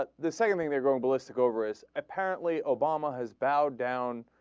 but the sailing there go ballistic over his apparently or bomber has bowed down